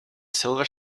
silver